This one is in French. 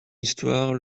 histoire